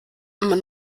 man